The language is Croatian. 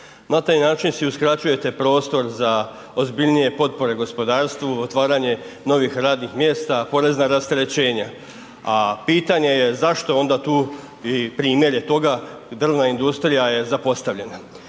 Na taj način si uskraćujete prostor za ozbiljnije potpore gospodarstvu, otvaranje novih radnih mjesta, porezna rasterećenja, a pitanje je zašto je onda tu i primjer je toga drvna industrija je zapostavljena.